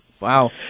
Wow